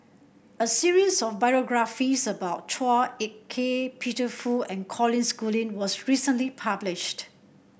a series of biographies about Chua Ek Kay Peter Fu and Colin Schooling was recently published